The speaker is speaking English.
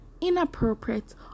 inappropriate